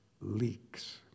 leaks